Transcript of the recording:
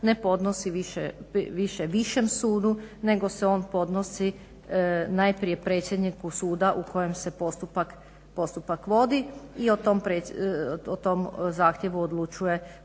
ne podnosi više Višem sudu nego se on podnosi najprije predsjedniku suda u kojem se postupak vodi i o tom zahtjevu odlučuje